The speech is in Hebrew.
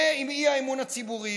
ועם האי-אמון הציבורי.